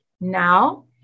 now